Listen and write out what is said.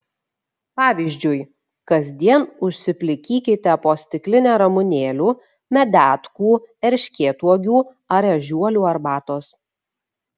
pavyzdžiui kasdien užsiplikykite po stiklinę ramunėlių medetkų erškėtuogių ar ežiuolių arbatos